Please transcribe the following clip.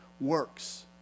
works